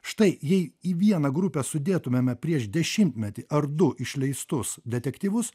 štai jei į vieną grupę sudėtumėme prieš dešimtmetį ar du išleistus detektyvus